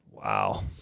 Wow